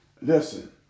Listen